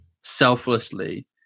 selflessly